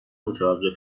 متوقف